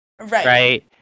Right